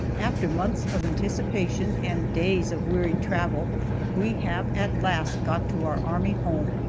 after months of anticipation and days of weary travel we have at last got to our army home!